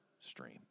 stream